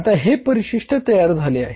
आता हे परिशिष्ट तयार झाले आहे